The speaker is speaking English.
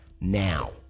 now